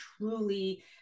truly